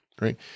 Right